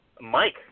Mike